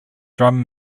drum